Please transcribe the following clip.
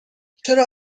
چرا